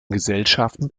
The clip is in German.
gesellschaften